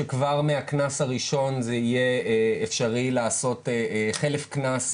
שכבר מהקנס הראשון זה יהיה אפשרי לעשות סדנא כחלף קנס,